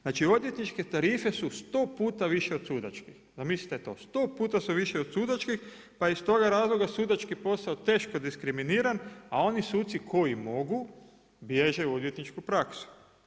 Znači odvjetničke tarife su 100% puta više od sudačkih, zamislite to, 100 puta su više od sudačkih, pa je iz toga razloga sudački posao teško diskriminiran a oni suci koji mogu bježe u odvjetničku praksu.